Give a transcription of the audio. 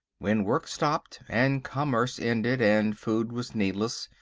when work stopped and commerce ended, and food was needless,